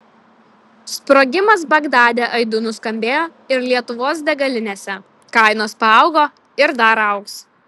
sprogimas bagdade aidu nuskambėjo ir lietuvos degalinėse kainos paaugo ir dar augs